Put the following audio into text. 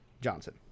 Johnson